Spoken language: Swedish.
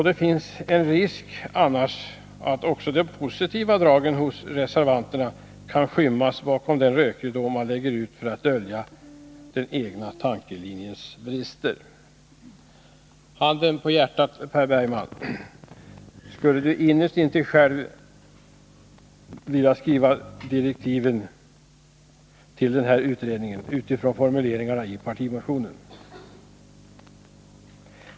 Det finns annars en risk att också de positiva dragen hos reservanterna kan skymmas bakom den rökridå man lägger ut för att dölja den egna tankelinjens brister. Handen på hjärtat, Per Bergman! Skulle ni innerst inne själv vilja skriva direktiv till denna utredning utifrån formuleringarna i partimotionen?